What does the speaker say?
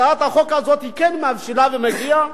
הצעת החוק הזאת כן מבשילה ומגיעה.